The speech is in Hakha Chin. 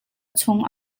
chung